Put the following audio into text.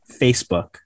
Facebook